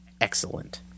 excellent